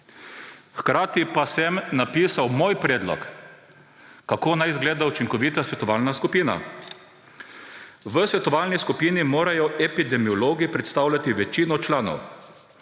Hkrati pa sem napisal svoj predlog, kako naj izgleda učinkovita svetovalna skupina: V svetovalni skupini morajo epidemiologi predstavljati večino članov,